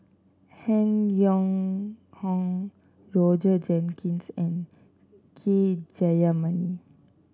Han Yong Hong Roger Jenkins and K Jayamani